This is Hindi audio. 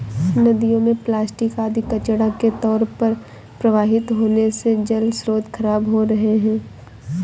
नदियों में प्लास्टिक आदि कचड़ा के तौर पर प्रवाहित होने से जलस्रोत खराब हो रहे हैं